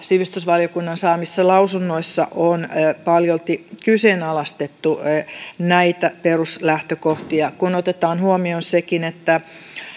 sivistysvaliokunnan saamissa lausunnoissa on paljolti kyseenalaistettu näitä peruslähtökohtia kun otetaan huomioon sekin että